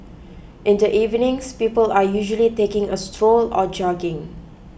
in the evenings people are usually taking a stroll or jogging